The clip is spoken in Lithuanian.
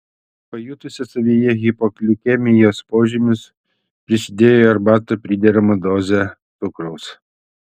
pajutusi savyje hipoglikemijos požymius prisidėjo į arbatą prideramą dozę cukraus